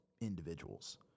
individuals